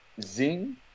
Zing